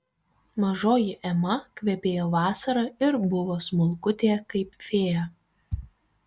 mažoji ema kvepėjo vasara ir buvo smulkutė kaip fėja